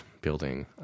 building